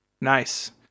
Nice